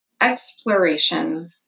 Exploration